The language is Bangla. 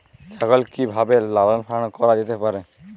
ছাগল কি ভাবে লালন পালন করা যেতে পারে?